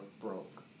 broke